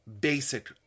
basic